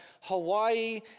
Hawaii